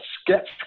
sketch